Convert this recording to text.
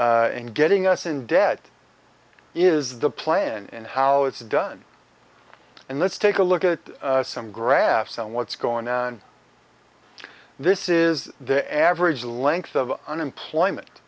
and getting us in dead is the plan and how it's done and let's take a look at some graphs on what's going on this is the average length of unemployment